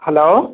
hello